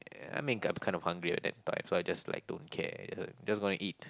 I mean I kind of hungry at that time so I just like don't care you know just gonna eat